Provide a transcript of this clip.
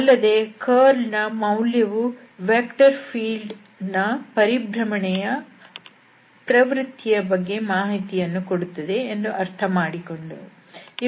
ಅಲ್ಲದೆ ಕರ್ಲ್ ನ ಮೌಲ್ಯವು ವೆಕ್ಟರ್ ಫೀಲ್ಡ್ ನ ಪರಿಭ್ರಮಣೆಯ ಪ್ರವೃತ್ತಿಯ ಬಗ್ಗೆ ಮಾಹಿತಿಯನ್ನು ನೀಡುತ್ತದೆ ಎಂದು ಅರ್ಥ ಮಾಡಿಕೊಂಡೆವು